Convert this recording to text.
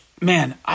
man